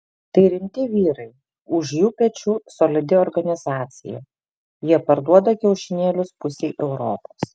tai rimti vyrai už jų pečių solidi organizacija jie parduoda kiaušinėlius pusei europos